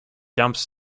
dumps